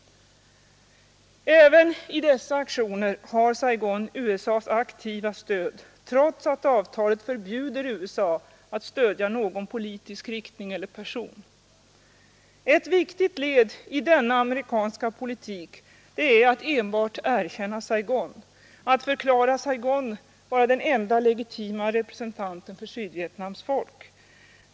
Även i dessa aktioner har Saigon USA:s aktiva stöd, trots att avtalet förbjuder USA att stödja någon politisk riktning eller person. Ett viktigt led i denna amerikanska politik är att enbart erkänna Saigon, att betrakta Saigon som den enda legitima representanten för Sydvietnams folk.